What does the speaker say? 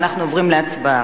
אנחנו עוברים להצבעה.